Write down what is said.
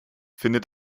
findet